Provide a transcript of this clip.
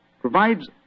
provides